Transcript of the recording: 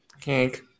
Kink